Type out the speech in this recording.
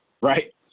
Right